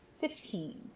Fifteen